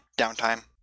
downtime